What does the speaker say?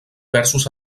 versos